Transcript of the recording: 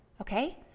okay